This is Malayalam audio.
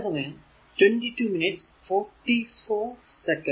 അത് I 16 ആമ്പിയർ ആണ്